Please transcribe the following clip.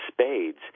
spades